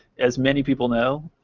as many people know,